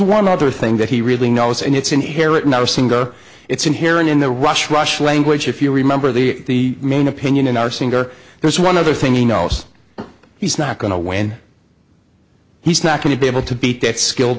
one other thing that he really knows and it's inherent in our singa it's inherent in the rush rush language if you remember the main opinion in our singer there's one other thing he knows he's not going to win he's not going to be able to beat that skill